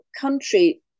country